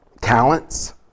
talents